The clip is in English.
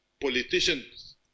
politicians